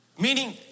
Meaning